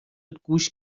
گوش